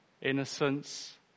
innocence